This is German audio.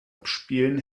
abspielen